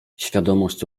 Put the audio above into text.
świadomość